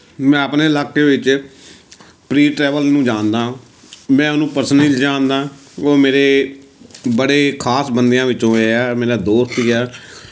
ਮੈਂ ਆਪਣੇ ਇਲਾਕੇ ਵਿੱਚ ਪ੍ਰੀਤ ਟਰੈਵਲ ਨੂੰ ਜਾਣਦਾ ਮੈਂ ਉਹਨੂੰ ਪਰਸਨਲੀ ਜਾਣਦਾ ਉਹ ਮੇਰੇ ਬੜੇ ਖਾਸ ਬੰਦਿਆਂ ਵਿੱਚੋਂ ਹੋਏ ਹੈ ਮੇਰਾ ਦੋਸਤ ਹੀ ਹੈ